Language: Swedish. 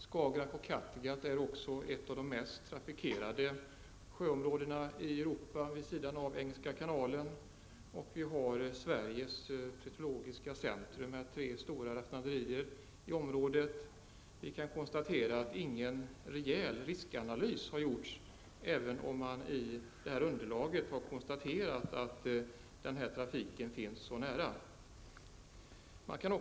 Skagerrak och Kattegatt hör till de mest trafikerade sjöområdena i Europa, vid sidan av Engelska kanalen. I området finns Sveriges petrologiska centrum, med tre stora raffinaderier. Det har inte gjorts någon rejäl riskanalys, även om man i detta underlag har konstaterat att den här trafiken finns så nära.